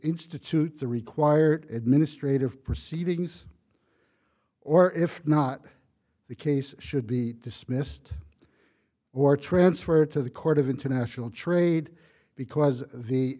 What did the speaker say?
institute the required administrative proceedings or if not the case should be dismissed or transferred to the court of international trade because the